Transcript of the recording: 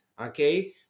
okay